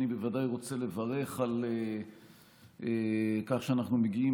אני ודאי רוצה לברך על כך שאנו מגיעים,